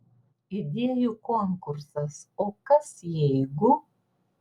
idėjų konkursas o kas jeigu